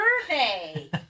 survey